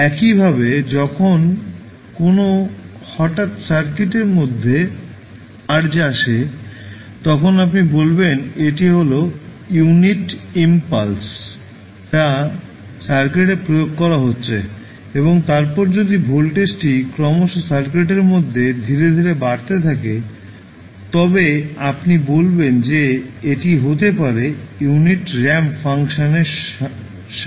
একইভাবে যখন কোনও হঠাৎ সার্কিটের মধ্যে সার্জ আসে তখন আপনি বলবেন এটি হল ইউনিট ইম্পালস যা সার্কিটে প্রয়োগ করা হচ্ছে এবং তারপরে যদি ভোল্টেজটি ক্রমশ সার্কিটের মধ্যে ধীরে ধীরে বাড়তে থাকে তবে আপনি বলবেন যে এটি হতে পারে ইউনিট র্যাম্প ফাংশনের সাহায্যে